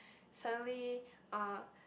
suddenly uh